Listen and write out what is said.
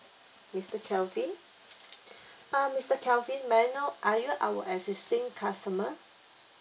mister kelvin uh mister kelvin may I know are you our existing customer